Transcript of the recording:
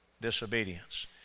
disobedience